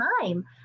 time